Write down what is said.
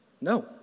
no